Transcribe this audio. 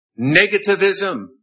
negativism